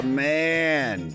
man